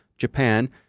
Japan